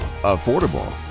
affordable